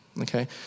Okay